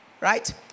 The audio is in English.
Right